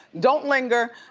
don't linger,